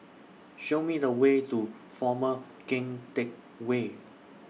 Show Me The Way to Former Keng Teck Whay